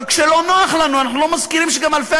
אבל כשלא נוח לנו אנחנו לא מזכירים שגם אלפי